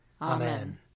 Amen